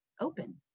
open